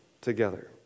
together